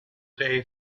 day